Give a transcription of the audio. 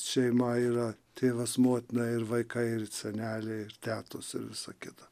šeima yra tėvas motina ir vaikai ir seneliai ir tetos ir visa kita